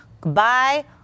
goodbye